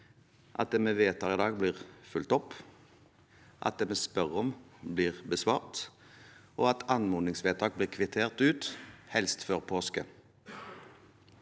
at det vi vedtar i dag, blir fulgt opp – at det vi spør om, blir besvart – at anmodningsvedtak blir kvittert ut, helst før påske